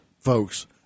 folks